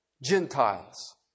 Gentiles